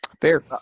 Fair